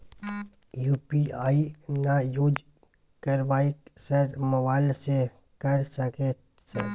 UPI ना use करवाएं sir mobile से कर सके सर?